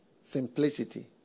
Simplicity